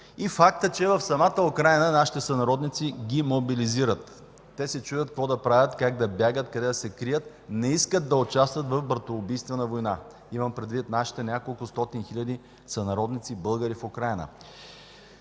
и фактът, че в самата Украйна мобилизират нашите сънародници. Те се чудят какво да правят, как да бягат, къде да се крият, не искат да участват в братоубийствена война – имам предвид нашите няколкостотин хиляди сънародници българи в Украйна.